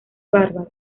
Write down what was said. bárbaro